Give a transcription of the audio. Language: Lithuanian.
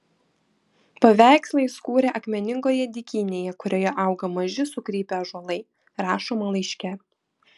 paveikslą jis kūrė akmeningoje dykynėje kurioje auga maži sukrypę ąžuolai rašoma laiške